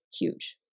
huge